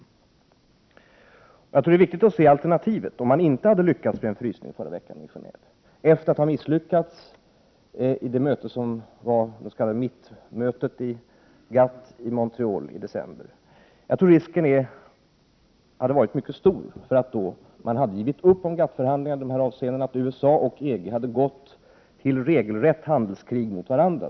Jag tror att det är viktigt att ha alternativet klart för sig, dvs. vad som hade skett om man inte hade lyckats med en frysning förra veckan i Genéve, efter det att man inom GATT hade misslyckats i det s.k. mittmötet i Montreal i december. Jag tror att risken då hade varit mycket stor att man i GA TT-förhandlingarna hade givit upp i de aktuella avseendena och att USA och EG hade gått till regelrätt handelskrig mot varandra.